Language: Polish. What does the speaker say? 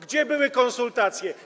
Gdzie były konsultacje?